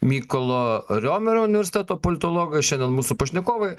mykolo riomerio universiteto politologas šiandien mūsų pašnekovai